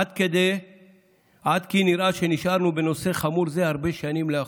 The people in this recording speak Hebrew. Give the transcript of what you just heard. עד כי נראה שנשארנו בנושא חמור זה הרבה שנים לאחור,